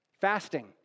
Fasting